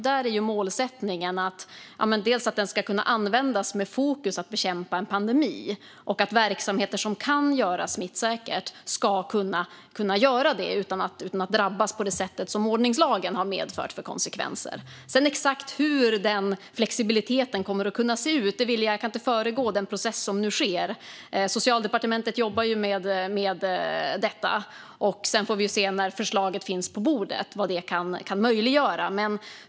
Där är målet att lagen ska kunna användas med fokus att bekämpa en pandemi och att verksamheter som kan utföras smittsäkert ska kunna göra det utan att drabbas på det sätt som ordningslagen har medfört i konsekvenser. Jag kan inte föregripa den process som nu sker i fråga om exakt hur den flexibiliteten kommer att se ut. Socialdepartementet jobbar med den frågan, sedan får vi se när förslaget finns på bordet vad det kan innebära.